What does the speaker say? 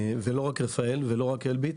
זה לא רק רפא"ל, ולא רק אלביט.